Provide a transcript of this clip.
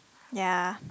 ya